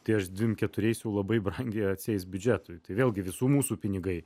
ties dvim keturiais jau labai brangiai atseis biudžetui tai vėlgi visų mūsų pinigai